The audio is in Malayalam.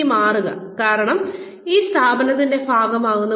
ഇനി മാറുക കാരണം നിങ്ങൾ ഈ സ്ഥാപനത്തിന്റെ ഭാഗമാകുന്നു